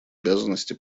обязанности